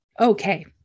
Okay